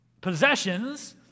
possessions